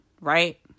right